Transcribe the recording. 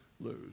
lose